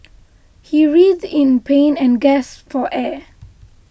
he writhed in pain and gasped for air